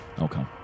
Okay